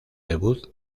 debut